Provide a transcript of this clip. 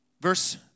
verse